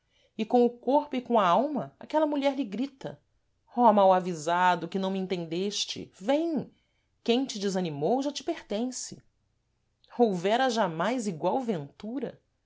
e com o corpo e com a alma aquela mulher lhe grita oh mal avisado que não me entendeste vem quem te desanimou já te pertence houvera jàmais igual ventura